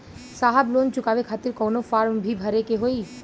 साहब लोन चुकावे खातिर कवनो फार्म भी भरे के होइ?